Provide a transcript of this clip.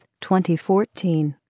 2014